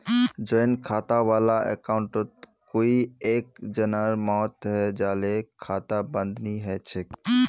joint खाता वाला अकाउंटत कोई एक जनार मौत हैं जाले खाता बंद नी हछेक